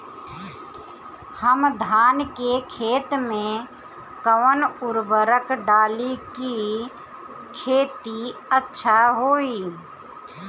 हम धान के खेत में कवन उर्वरक डाली कि खेती अच्छा होई?